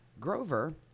Grover